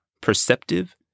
perceptive